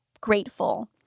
grateful